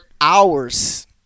hours